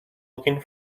looking